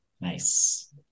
Nice